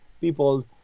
people